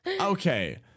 Okay